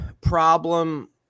problem